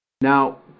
Now